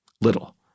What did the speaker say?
little